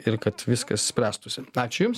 ir kad viskas spręstųsi ačiū jums